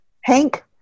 Hank